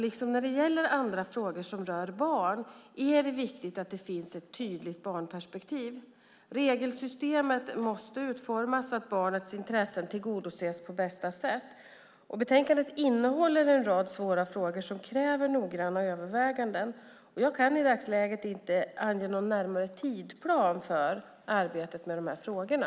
Liksom när det gäller andra frågor som berör barn är det viktigt att det finns ett tydligt barnperspektiv. Regelsystemet måste utformas så att barnets intressen tillgodoses på bästa sätt. Betänkandet innehåller en rad svåra frågor som kräver noggranna överväganden. Jag kan i dagsläget inte ange någon närmare tidsplan för arbetet med frågorna.